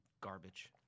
garbage